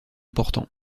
portant